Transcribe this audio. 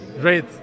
great